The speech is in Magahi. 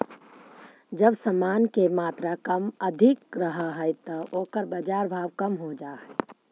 जब समान के मात्रा अधिक रहऽ हई त ओकर बाजार भाव कम हो जा हई